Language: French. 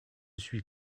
suis